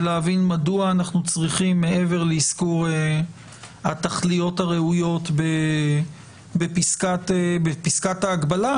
ולהבין מדוע אנחנו צריכים מעבר לאזכור התכליות הראויות בפסקת ההגבלה